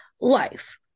life